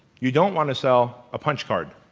you don't want to sell a punch card.